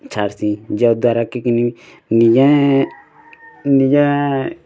ଛାଡ଼ସି ଯ ଦ୍ଵାରା କି କିନି ନିଜେ ନିଜେ